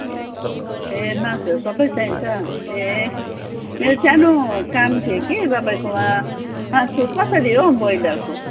ए मासुहरू सबै चाहिन्छ ए मेरो सानो काम थियो तपाईँकोमा मासु कसरी हो ब्रोइलरको